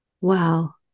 Wow